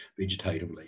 vegetatively